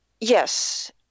yes